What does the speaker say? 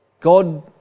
God